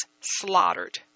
slaughtered